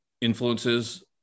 influences